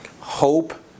hope